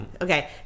okay